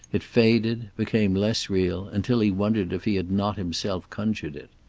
it faded, became less real, until he wondered if he had not himself conjured it.